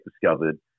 discovered